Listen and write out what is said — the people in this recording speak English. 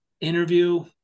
interview